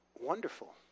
wonderful